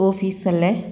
ഓഫീസല്ലേ